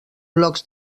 blocs